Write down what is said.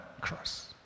cross